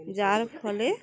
যার ফলে